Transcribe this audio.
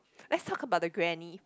let's talk about the granny